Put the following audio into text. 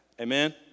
Amen